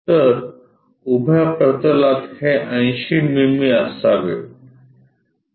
तर उभ्या प्रतलात हे 80 मिमी असावे